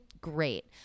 great